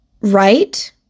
right